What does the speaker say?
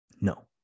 No